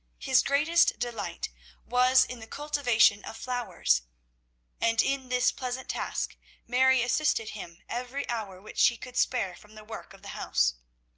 his greatest delight was in the cultivation of flowers and in this pleasant task mary assisted him every hour which she could spare from the work of the house.